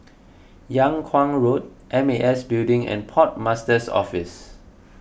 Yung Kuang Road M A S Building and Port Master's Office